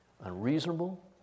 unreasonable